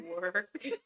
work